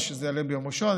שזה יעלה ביום ראשון,